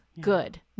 Good